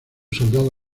soldado